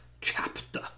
chapter